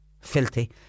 filthy